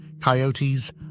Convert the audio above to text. coyotes